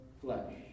flesh